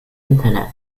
internet